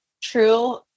true